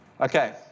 Okay